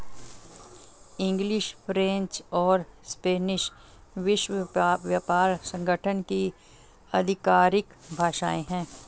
English, French और Spanish विश्व व्यापार संगठन की आधिकारिक भाषाएं है